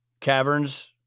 caverns